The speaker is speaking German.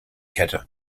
kette